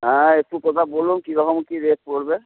হ্যাঁ একটু কথা বলুন কী রকম কী রেট পড়বে